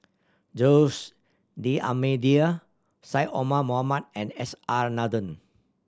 Jose D'Almeida Syed Omar Mohamed and S R Nathan